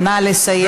נא לסיים.